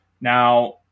Now